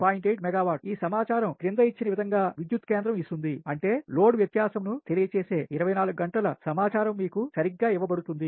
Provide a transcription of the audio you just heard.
8 మెగావాట్లది ఈ సమాచారం క్రింద ఇచ్చిన విధం గా విద్యుత్ కేంద్రం ఇస్తుంది అంటే లోడ్ వ్యత్యాసమును తెలియజేసే 24 గంటల సమాచారం మీకు సరిగ్గా ఇవ్వబడుతుంది